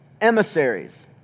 emissaries